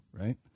right